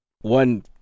one